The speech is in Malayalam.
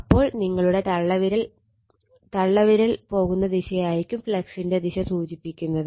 അപ്പോൾ നിങ്ങളുടെ തള്ള വിരലായിരിക്കും ഫ്ളക്സിന്റെ ദിശ സൂചിപ്പിക്കുന്നത്